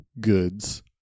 goods